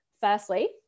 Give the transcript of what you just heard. firstly